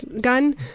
gun